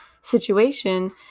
situation